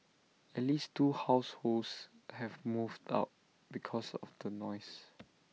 at least two households have moved out because of the noise